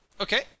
Okay